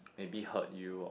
maybe hurt you